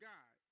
God